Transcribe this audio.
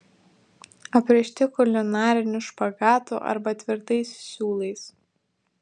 aprišti kulinariniu špagatu arba tvirtais siūlais